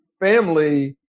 family